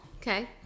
Okay